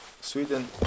Sweden